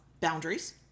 boundaries